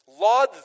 Laud